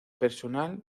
personal